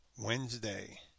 Wednesday